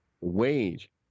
wage